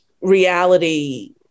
reality